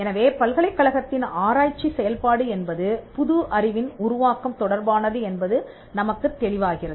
எனவே பல்கலைக்கழகத்தின் ஆராய்ச்சி செயல்பாடு என்பது புது அறிவின் உருவாக்கம் தொடர்பானது என்பது நமக்குத் தெளிவாகிறது